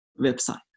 website